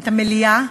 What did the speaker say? את המליאה,